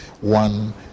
one